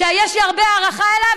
שיש לי הרבה הערכה אליו,